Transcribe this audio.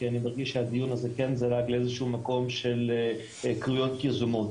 כי אני מרגיש שהדיון הזה כן זלג לאיזשהו מקום של קריאות יזומות,